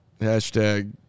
Hashtag